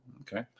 Okay